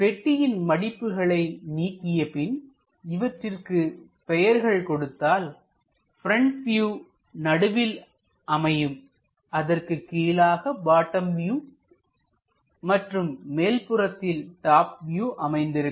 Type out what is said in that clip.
பெட்டியின் மடிப்புகளை நீக்கியபின் இவற்றிற்கு பெயர்கள் கொடுத்தால் பிரின்ட் வியூ நடுவில் அமையும் அதற்குக் கீழாக பட்டாம் வியூ மற்றும் மேல்புறத்தில் டாப் வியூ அமைந்திருக்கும்